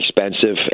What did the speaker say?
expensive